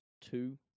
two